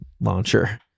launcher